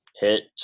hit